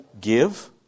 Give